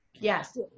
Yes